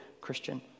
Christian